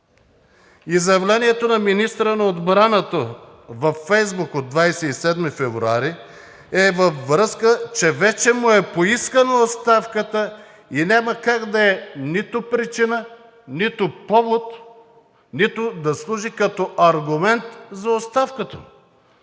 И заявлението на министъра на отбраната във Фейсбук от 27 февруари е във връзка, че вече му е поискана оставката и няма как да е нито причина, нито повод, нито да служи като аргумент за оставката